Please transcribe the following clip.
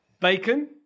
Bacon